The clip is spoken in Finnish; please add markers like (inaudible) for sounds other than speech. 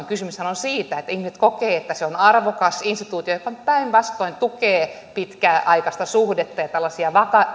(unintelligible) kysymyshän on siitä että ihmiset kokevat että se on arvokas instituutio joka päinvastoin tukee pitkäaikaista suhdetta ja tällaisia